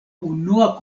unua